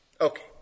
Okay